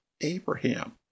Abraham